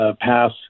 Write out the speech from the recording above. pass